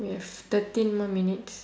we have thirteen more minutes